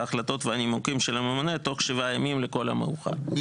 ההחלטות והנימוקים של הממונה תוך 7 ימים לכל המאוחר.".